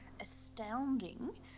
astounding